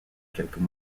quelques